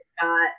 got